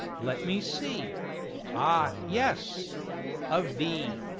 let me see ah yes a v,